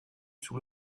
sous